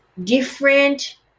different